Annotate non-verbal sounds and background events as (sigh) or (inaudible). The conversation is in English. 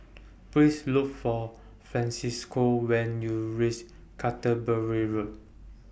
(noise) Please Look For Francisco when YOU REACH Canterbury Road